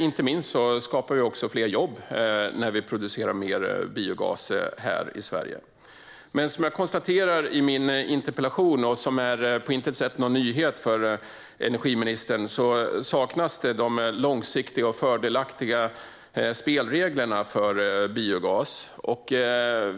Inte minst skapas det fler jobb när vi producerar mer biogas i Sverige. Som jag konstaterar i min interpellation, och som på intet sätt är någon nyhet för energiministern, saknas långsiktiga och fördelaktiga spelregler för biogas.